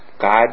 God